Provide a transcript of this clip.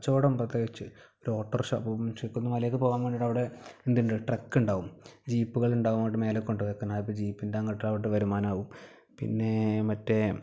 കച്ചവടം ഉണ്ട് പ്രത്യേകിച്ച് ഒരു ഓട്ടോറിക്ഷ മലയിലക്ക് പോകാൻ വേണ്ടിയിട്ട് അവിടെ എന്തുണ്ട് ട്രക്ക് ഉണ്ടാവും ജീപ്പുകളുണ്ടാവും അവിടെ മുകളിൽ കൊണ്ടുപോയി ആക്കാൻ ജീപ്പിൻ്റെ അങ്ങോട്ട് അവിടെ വരുമാനമാകും പിന്നെ മറ്റേ